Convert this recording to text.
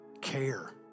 care